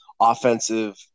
offensive